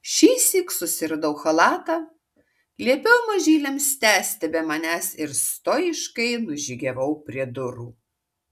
šįsyk susiradau chalatą liepiau mažyliams tęsti be manęs ir stojiškai nužygiavau prie durų